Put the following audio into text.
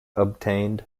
obtained